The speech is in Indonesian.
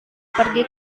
pergi